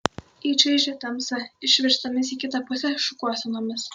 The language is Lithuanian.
į čaižią tamsą išverstomis į kitą pusę šukuosenomis